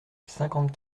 cinquante